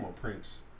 Prince